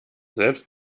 selbst